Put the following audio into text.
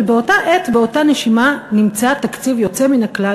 אבל באותה העת ובאותה נשימה נמצא תקציב יוצא מן הכלל,